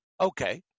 okay